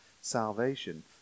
salvation